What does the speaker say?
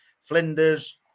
Flinders